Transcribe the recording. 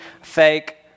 fake